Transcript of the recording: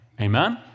Amen